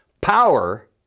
power